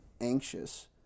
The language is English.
anxious